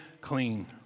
clean